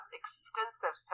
extensive